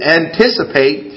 anticipate